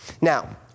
Now